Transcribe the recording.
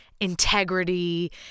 integrity